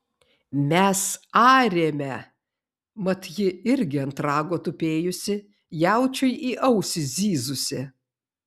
mes arėme mat ji irgi ant rago tupėjusi jaučiui į ausį zyzusi